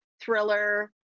thriller